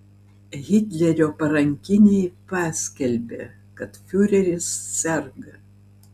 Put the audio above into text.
hitlerio parankiniai paskelbė kad fiureris serga